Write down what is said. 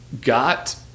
got